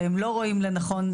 והם לא רואים לנכון,